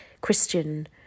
christian